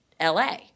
LA